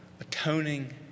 atoning